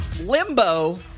Limbo